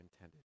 intended